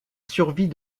survie